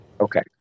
Okay